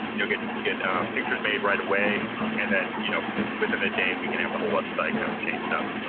you know, get get pictures made right away and then, you know, within a day, we can have the whole website kinda kind of changed up,